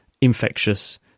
infectious